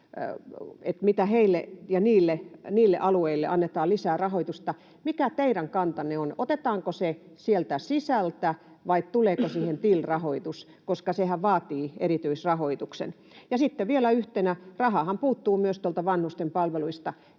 yliopistosairaaloille ja niille alueille annetaan lisää rahoitusta. Mikä teidän kantanne on: otetaanko se sieltä sisältä, vai tuleeko siihen till-rahoitus, koska sehän vaatii erityisrahoituksen? Sitten vielä yhtenä: Rahaahan puuttuu myös tuolta vanhustenpalveluista.